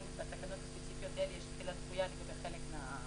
לתקנות הספציפיות האלה יש תחילה דחויה לחלק מהסעיפים.